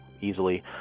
easily